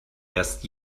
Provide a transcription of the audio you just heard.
erst